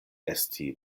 esti